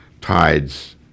tides